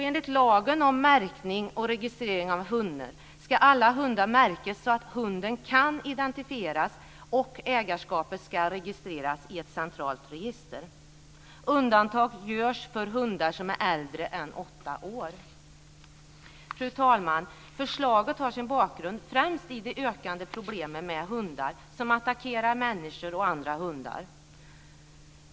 Enligt lagen om märkning och registrering av hundar ska alla hundar märkas så att hunden kan identifieras, och ägarskapet ska registreras i ett centralt register. Undantag görs för hundar som är äldre än åtta år. Fru talman! Förslaget har sin bakgrund främst i de ökande problemen med hundar som attackerar människor och andra hundar.